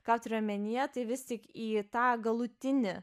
ką turiu omenyje tai vis tik į tą galutinį